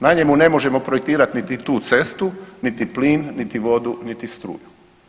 Na njemu ne možemo projektirat niti tu cestu, niti plin, niti vodu, niti struju.